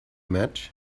much